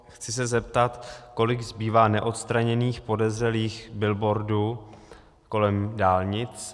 Chci se zeptat, kolik zbývá neodstraněných podezřelých billboardů kolem dálnic.